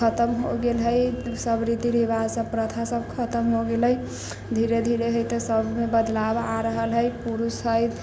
खतम हो गेल है सब रीति रिवाज सब प्रथा सब खतम हो गेलै धीरे धीरे है तऽ अब बदलाव आ रहल है पुरुष सब